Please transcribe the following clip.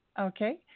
Okay